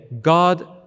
God